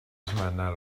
esmenar